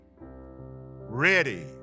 ready